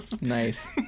Nice